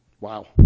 Wow